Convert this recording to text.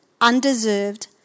undeserved